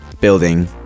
building